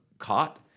caught